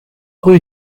rue